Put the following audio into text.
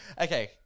Okay